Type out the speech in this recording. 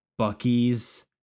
Bucky's